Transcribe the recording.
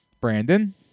Brandon